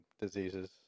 diseases